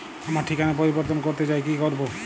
আমার ঠিকানা পরিবর্তন করতে চাই কী করব?